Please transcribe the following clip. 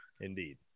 Indeed